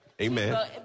Amen